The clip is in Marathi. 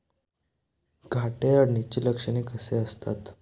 घाटे अळीची लक्षणे कशी असतात?